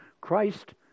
Christ